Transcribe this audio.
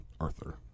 Arthur